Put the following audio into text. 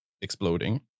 exploding